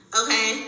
okay